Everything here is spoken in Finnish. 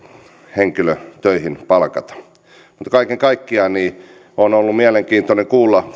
henkilö töihin palkata kaiken kaikkiaan on ollut mielenkiintoista kuulla